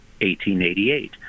1888